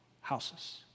houses